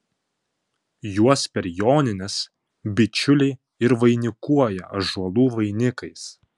juos per jonines bičiuliai ir vainikuoja ąžuolų vainikais